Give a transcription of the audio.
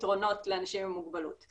פתרונות לאנשים עם מוגבלות.